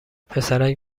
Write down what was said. پسرک